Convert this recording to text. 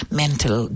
mental